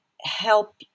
help